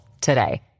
today